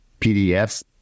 PDFs